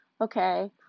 okay